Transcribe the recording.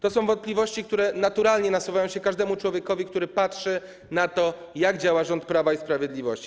To są wątpliwości, które naturalnie nasuwają się każdemu człowiekowi, który patrzy na to, jak działa rząd Prawa i Sprawiedliwości.